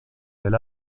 del